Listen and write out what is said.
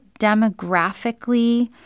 demographically